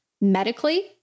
medically